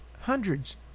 hundreds